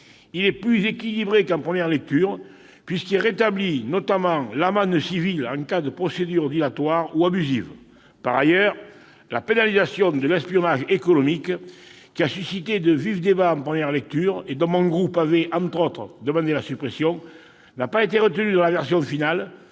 même plus équilibré qu'en première lecture, puisqu'il rétablit, notamment, l'amende civile en cas de procédure dilatoire ou abusive. Par ailleurs, la pénalisation de l'espionnage économique, qui a suscité de vifs débats en première lecture et dont mon groupe avait demandé la suppression, n'a pas été retenue dans la version finale,